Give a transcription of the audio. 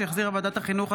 שהחזירה ועדת החינוך,